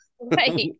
Right